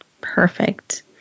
Perfect